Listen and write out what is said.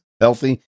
healthy